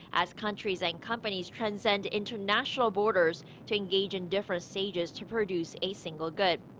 as countries and companies transcend international borders. to engage in different stages to produce a single good.